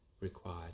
required